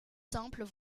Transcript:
simples